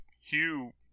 Hugh